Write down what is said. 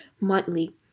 monthly